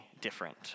different